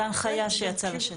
זאת הנחייה שיצאה לשטח.